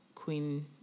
Queen